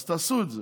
אז תעשו את זה.